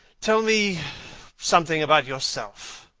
tell me something about yourself.